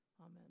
Amen